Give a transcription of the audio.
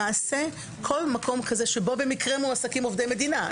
כל מקום כזה שבו במקרה מועסקים עובדי מדינה.